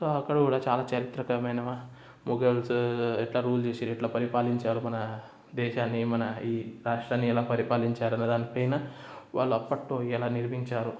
అక్కడ కూడా చాలా చారిత్రకరమైన మొగల్సు ఎట్లా రూల్ చేశారు ఎట్లా పరిపాలించారు మన దేశాన్ని మన ఈ రాష్ట్రాన్ని మన ఎలా పరిపాలించారు అన్నదాని పైన వాళ్ళు అప్పట్లో ఎలా నిర్మించారు